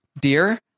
dear